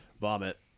vomit